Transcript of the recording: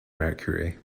mercury